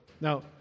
Now